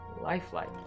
lifelike